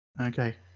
Okay